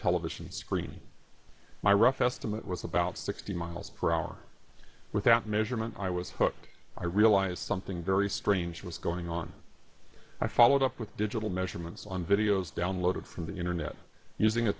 television screen my rough estimate was about sixty miles per hour without measurement i was hooked i realized something very strange was going on i followed up with digital measurements on videos downloaded from the internet using a